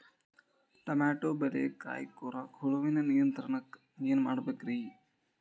Tomato ಬೆಳೆಯ ಕಾಯಿ ಕೊರಕ ಹುಳುವಿನ ನಿಯಂತ್ರಣಕ್ಕ ಏನ್ ಮಾಡಬೇಕ್ರಿ?